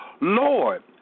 Lord